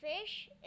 Fish